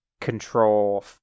control